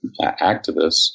activists